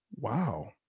wow